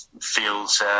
feels